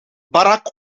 barack